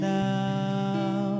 now